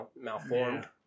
malformed